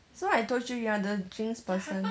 so I told you you are the jinx person